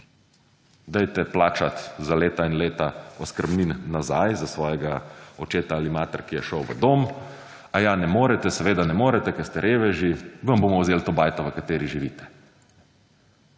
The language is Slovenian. Dajte plačati za leta in leta oskrbnin nazaj za svojega očeta ali mater, ki je šel v dom. Aja, ne morete, seveda, ne morete, ker ste reveži, vam bomo vzeli to bajto v kateri živite.